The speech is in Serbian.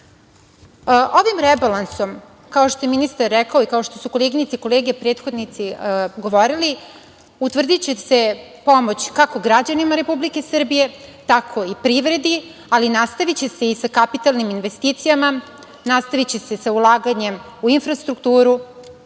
i ušteda. Kao što je ministar rekao i kao što su koleginice i kolege prethodnici govorili, ovim rebalansom utvrdiće se pomoć, kako građanima Republike Srbije, tako i privredi, ali nastaviće se i sa kapitalnim investicijama, nastaviće se sa ulaganjem u infrastrukturu,